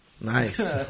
Nice